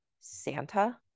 santa